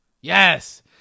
Yes